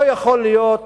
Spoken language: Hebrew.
לא יכול להיות,